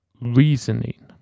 Reasoning